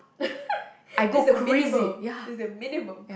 this the minimum it's the minimum